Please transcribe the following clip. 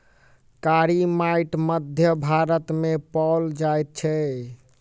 कारी माइट मध्य भारत मे पाओल जाइत अछि